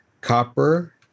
Copper